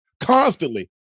constantly